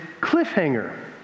cliffhanger